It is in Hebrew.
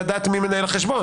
ולדעת מי מנהל את החשבון?